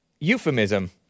euphemism